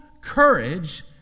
courage